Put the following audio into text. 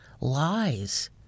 lies